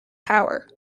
power